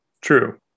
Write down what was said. True